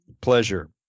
pleasure